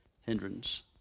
hindrance